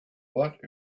but